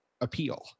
appeal